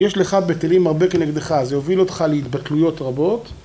יש לך בטלים הרבה כנגדך, זה יוביל אותך להתבטלויות רבות.